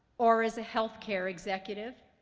or as a healthcare executive,